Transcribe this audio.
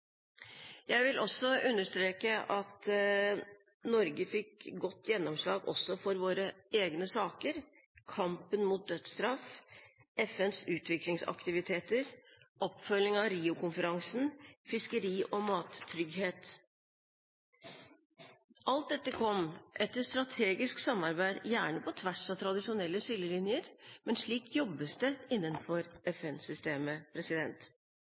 våre egne saker: kampen mot dødsstraff, FNs utviklingsaktiviteter, oppfølging av Rio-konferansen og fiskeri- og mattrygghet. Alt dette kom etter strategisk samarbeid, gjerne på tvers av tradisjonelle skillelinjer, men slik jobbes det innenfor